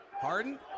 Harden